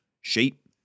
Sheep